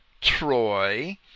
Troy